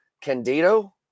Candido